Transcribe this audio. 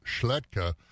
Schletka